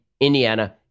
Indiana